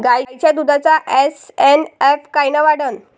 गायीच्या दुधाचा एस.एन.एफ कायनं वाढन?